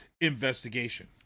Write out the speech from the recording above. investigation